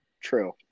true